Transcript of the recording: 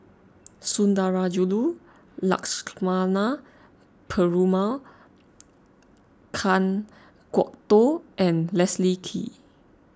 Sundarajulu Lakshmana Perumal Kan Kwok Toh and Leslie Kee